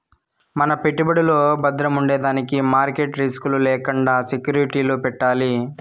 మన పెట్టుబడులు బద్రముండేదానికి మార్కెట్ రిస్క్ లు లేకండా సెక్యూరిటీలు పెట్టాలి